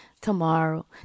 tomorrow